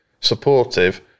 supportive